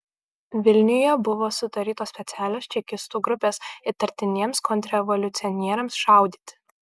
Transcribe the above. vilniuje buvo sudarytos specialios čekistų grupės įtartiniems kontrrevoliucionieriams šaudyti